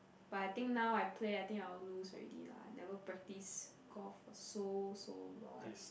but I think now I play I think I'll lose already lah never practice golf for so so long